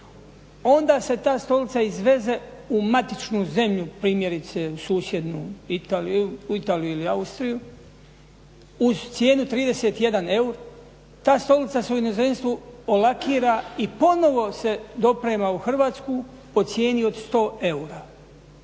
onda se ta stolica izveze u matičnu zemlju, primjerice u susjednu Italiju ili Austriju, uz cijenu 31 euro, ta stolica se u inozemstvu polakira i ponovo se doprema u Hrvatsku po cijeni od 100 eura.